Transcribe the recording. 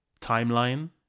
timeline